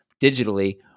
digitally